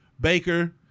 Baker